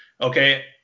Okay